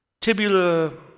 Tibular